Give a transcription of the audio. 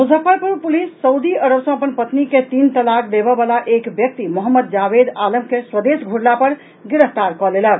Muzaffarpur police Saudi Arab सॅ अपन पत्नी के तीन तलाक देबय वला एक व्यक्ति मोहम्मद जावेद आलम के स्वदेश घुरला पर गिरफ्तार कऽ लेलक